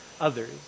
others